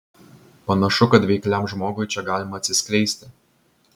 panašu kad veikliam žmogui čia galima atsiskleisti